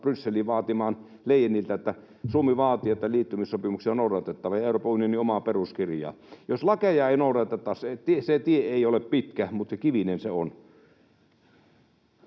Brysseliin vaatimaan Leyeniltä, että Suomi vaatii, että liittymissopimuksia ja Euroopan unionin omaa peruskirjaa on noudatettava. Jos lakeja ei noudateta, se tie ei ole pitkä, mutta kivinen se on.